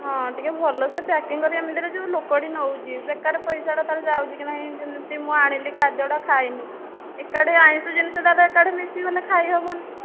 ହଁ ଟିକେ ଭଲ ସେ ପ୍ୟାକିଂ କରି ଏମିତିରେ ଯେଉଁ ଲୋକଟି ନେଉଛି ବେକାର ପଇସାଟା ତା'ର ଯାଉଛି କି ନାହିଁ ଯେମିତି ମୁଁ ଆଣିଲି ଖାଦ୍ୟଟା ଖାଇନି ଏକାଠି ଆଇଁଷ ଜିନିଷଟାରେ ଏକାଠି ମିଶିଗଲେ ଖାଇ ହେବନି